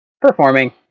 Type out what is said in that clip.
performing